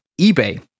eBay